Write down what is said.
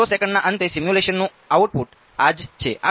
200 સેકન્ડના અંતે સિમ્યુલેશનનું આઉટપુટ આ જ છે